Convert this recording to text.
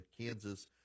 Kansas